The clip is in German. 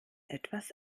etwas